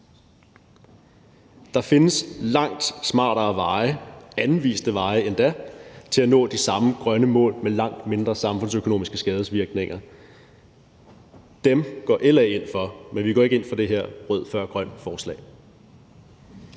Der findes langt smartere veje, endda anviste veje, til at nå de samme grønne mål med langt mindre samfundsøkonomiske skadevirkninger. Dem går LA ind for, men vi går ikke ind for det her rød før grøn-forslag.